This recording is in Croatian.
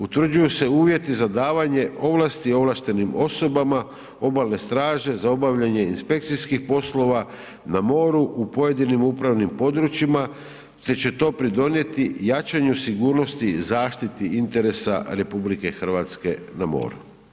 Utvrđuju se uvjeti za davanje ovlasti ovlaštenim osobama obalne straže za obavljanje inspekcijskih poslova na moru u pojedinim upravnim područjima te će to pridonijeti jačanju sigurnosti i zaštiti interesa RH na moru.